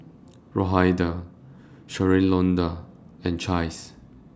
Rhoda Shalonda and Chace